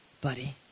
buddy